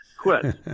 quit